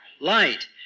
Light